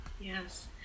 Yes